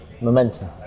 Momentum